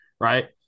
right